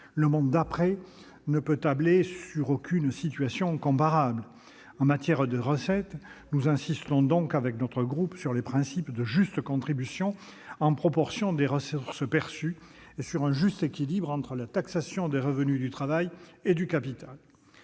Le monde d'après ne peut tabler sur aucune situation comparable. En matière de recettes, nous insistons donc, avec notre groupe, sur les principes de juste contribution en proportion des ressources perçues et sur un juste équilibre entre la taxation des revenus du travail et de ceux